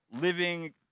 living